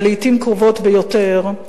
ולעתים קרובות ביותר,